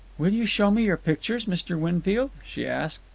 will you show me your pictures, mr. winfield? she asked.